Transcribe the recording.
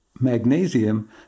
magnesium